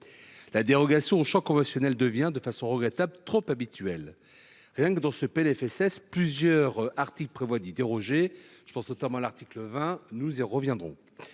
La dérogation au champ conventionnel devient trop habituelle, et c’est regrettable. Rien que dans ce PLFSS, plusieurs articles prévoient d’y déroger. Je pense notamment à l’article 20 – nous y reviendrons.